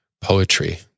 poetry